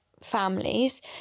families